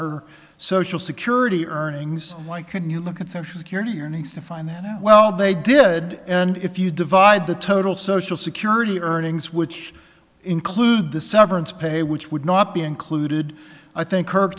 her social security earnings why couldn't you look at social security your needs to find then out well they did and if you divide the total social security earnings which include the severance pay which would not be included i think